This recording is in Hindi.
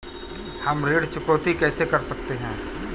हम ऋण चुकौती कैसे कर सकते हैं?